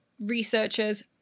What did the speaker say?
researchers